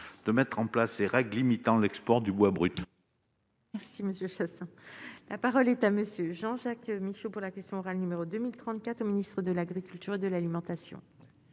de mettre en place ces règles limitant l'export du bois brut. Si Monsieur Chassaing, la parole est à Monsieur Jean-Jacques Michaux pour la question orale, numéro 2000 34 au ministre de l'Agriculture et de l'alimentation.